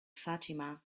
fatima